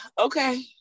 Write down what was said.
Okay